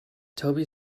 toby